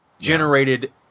generated